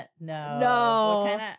no